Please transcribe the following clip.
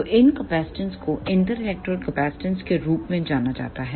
तो इन कैपेसिटेंस को इंटर इलेक्ट्रोड कैपेसिटेंस के रूप में जाना जाता है